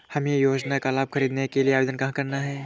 हमें योजना का लाभ ख़रीदने के लिए आवेदन कहाँ करना है?